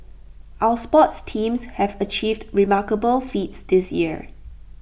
our sports teams have achieved remarkable feats this year